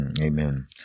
Amen